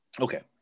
Okay